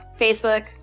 Facebook